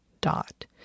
dot